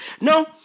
No